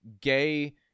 gay